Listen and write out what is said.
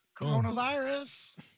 Coronavirus